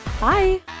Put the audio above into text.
Bye